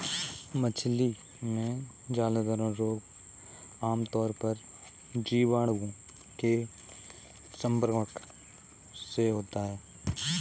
मछली में जलोदर रोग आमतौर पर जीवाणुओं के संक्रमण से होता है